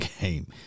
game